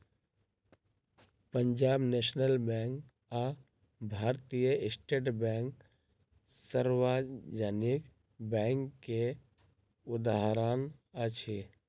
Punjab national bank आ Bharatiya state bank सार्वजनिक bank के उदाहरण अछि